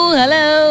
hello